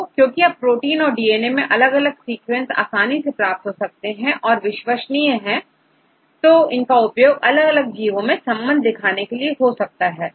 तो क्योंकि अब प्रोटीन और डीएनए के अलग अलग सीक्वेंस आसानी से प्राप्त हो जाते हैं और विश्वसनीय हैं तो इनका उपयोग अलग अलग जीवो में संबंध को दिखाने में उपयोग हो सकता है